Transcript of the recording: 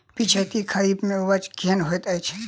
पिछैती खरीफ मे उपज केहन होइत अछि?